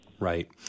Right